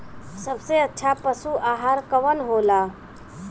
सबसे अच्छा पशु आहार कवन हो ला?